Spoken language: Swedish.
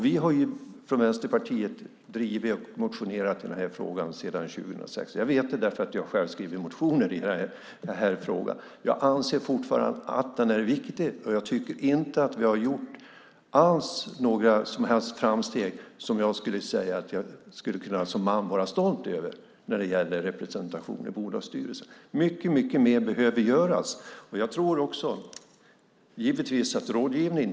Vi i Vänsterpartiet har väckt motioner i frågan sedan 2006. Jag vet det därför att jag har själv väckt motioner i frågan. Jag anser fortfarande att den är viktig, och jag tycker inte att vi har gjort några som helst framsteg när det gäller representation i bolagsstyrelser som jag som man kan vara stolt över. Mycket mer behöver göras. Givetvis finns rådgivning.